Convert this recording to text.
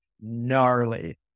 gnarly